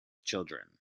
children